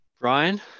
Brian